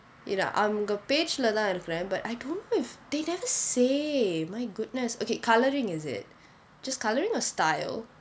இல்லே அவங்க:illae avanga page லே தான் இருக்கிறேன்:le thaan irukiren but I don't know if they never say my goodness okay colouring is it just colouring or style